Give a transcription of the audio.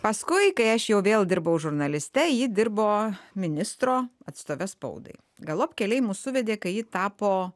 paskui kai aš jau vėl dirbau žurnaliste ji dirbo ministro atstove spaudai galop keliai mus suvedė kai ji tapo